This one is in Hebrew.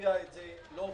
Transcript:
זה לא הופיע.